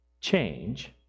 change